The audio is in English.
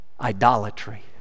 Idolatry